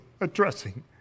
addressing